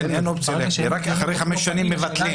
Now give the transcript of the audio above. אין אופציה להקפיא, רק אחרי חמש שנים מבטלים.